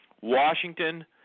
Washington